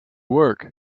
work